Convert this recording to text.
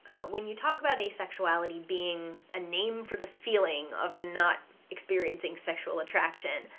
when you talk about asexuality being a name for the feeling of not experiencing sexual attraction,